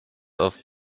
auf